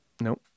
no